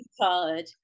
college